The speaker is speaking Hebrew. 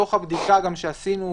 מתוך הבדיקה שעשינו,